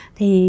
Thì